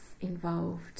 involved